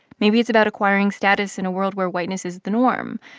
maybe it's about acquiring status in a world where whiteness is the norm.